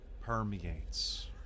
permeates